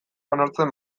onartzen